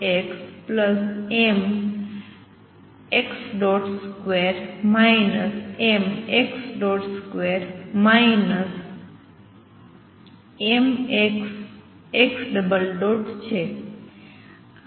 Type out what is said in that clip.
જે mxxmx2 mx2 mxx છે